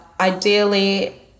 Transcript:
Ideally